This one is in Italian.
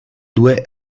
due